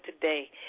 today